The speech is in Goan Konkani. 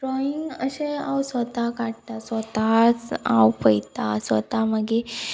ड्रॉइंग अशें हांव स्वता काडटां स्वताच हांव पयता स्वता मागीर